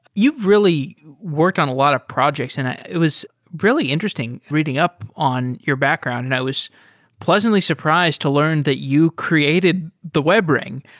you've really worked on a lot of projects, and it was really interesting reading up on your background, and i was pleasantly surprised to learn that you created the webring.